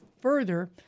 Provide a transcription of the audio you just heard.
further